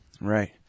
Right